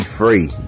free